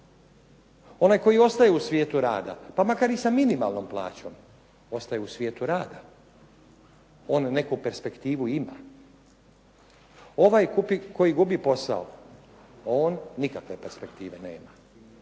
Onaj koji ostaje u svijetu rada, pa makar i sa minimalnom plaćom, ostaje u svijetu rada, on neku perspektivu ima. Ovaj koji gubi posao, on nikakve perspektive nema,